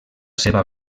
seva